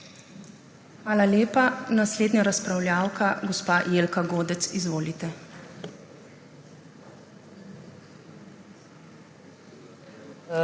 Hvala lepa. Naslednja razpravljavka je gospa Jelka Godec. Izvolite.